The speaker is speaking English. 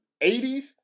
80s